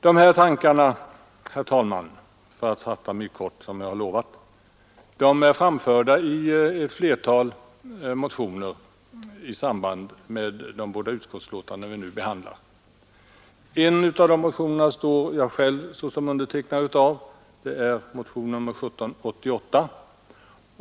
Dessa tankar, herr talman — för att fatta mig kort som jag har lovat —, har framförts i ett flertal motioner i samband med de båda utskottsbetänkanden vi nu behandlar. En av dessa motioner står jag själv som undertecknare av, nr 1788.